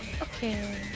Okay